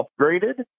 upgraded